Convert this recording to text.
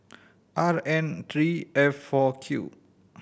R N three F four Q